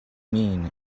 mean